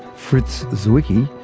fritz zwicky,